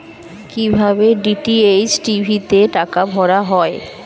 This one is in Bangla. কি ভাবে ডি.টি.এইচ টি.ভি তে টাকা ভরা হয়?